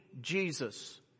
Jesus